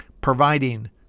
providing